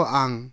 ang